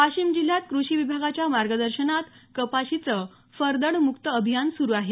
वाशिम जिल्ह्यात कृषी विभागाच्या मार्गदर्शनात कपाशीचं फरदड मुक्त अभियान सुरू आहे